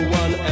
one